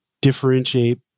differentiate